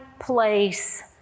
place